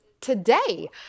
today